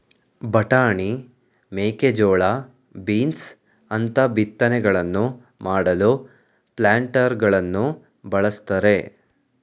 ಬಟಾಣಿ, ಮೇಕೆಜೋಳ, ಬೀನ್ಸ್ ಅಂತ ಬಿತ್ತನೆಗಳನ್ನು ಮಾಡಲು ಪ್ಲಾಂಟರಗಳನ್ನು ಬಳ್ಸತ್ತರೆ